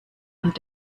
und